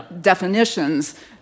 definitions